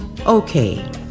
Okay